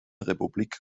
republik